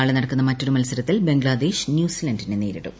നാളെ നടക്കുന്ന മറ്റൊരു മൽസരത്തിൽ ബംഗ്ലാദേശ് ന്യൂസിലന്റിനെ നേരിടും